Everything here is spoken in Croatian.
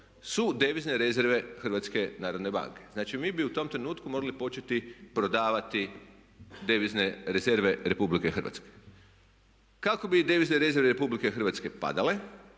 su devizne rezerve HNB-a. Znači mi bi u tom trenutku morali početi prodavati devizne rezerve Republike Hrvatske. Kako bi devizne rezerve Republike Hrvatske tako